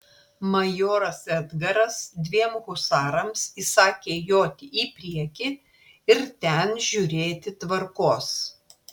majoras edgaras dviem husarams įsakė joti į priekį ir ten žiūrėti tvarkos